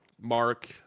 Mark